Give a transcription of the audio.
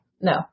no